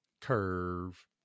Curve